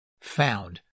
found